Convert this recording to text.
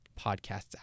podcasts